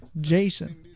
Jason